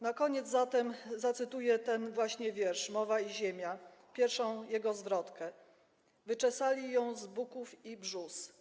Na koniec zatem zacytuję ten właśnie wiersz, „Mowa i ziemia”, pierwszą jego zwrotkę: „Wyczesali ją z buków i brzóz,